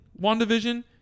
WandaVision